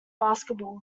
basketball